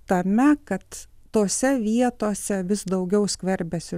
tame kad tose vietose vis daugiau skverbiasi